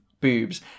boobs